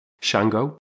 Shango